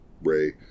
Ray